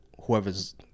whoever's